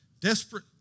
desperate